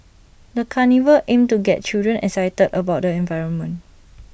the carnival aimed to get children excited about the environment